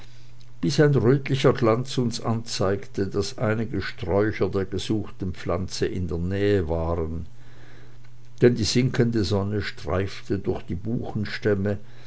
ein rötlicher glanz uns anzeigte daß einige sträucher der gesuchten pflanze in der nähe waren denn die sinkende sonne streifte durch die buchenstämme